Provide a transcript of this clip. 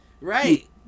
right